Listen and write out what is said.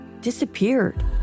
disappeared